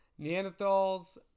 Neanderthals